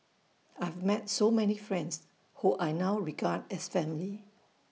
I have met so many friends who I now regard as family